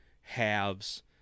halves